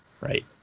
right